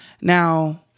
Now